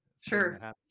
sure